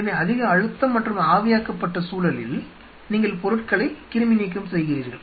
எனவே அதிக அழுத்தம் மற்றும் ஆவியாக்கப்பட்ட சூழலில் நீங்கள் பொருட்களை கிருமி நீக்கம் செய்கிறீர்கள்